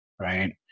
right